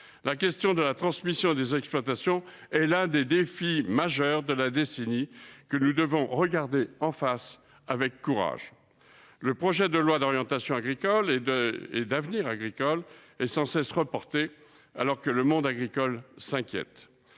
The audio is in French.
La question de la transmission des exploitations s’impose donc comme l’un des défis majeurs de la décennie ; aussi devons nous le regarder en face avec courage. Le projet de loi d’orientation et d’avenir agricoles est sans cesse reporté, alors que le monde agricole s’inquiète.